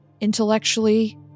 Intellectually